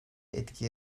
etki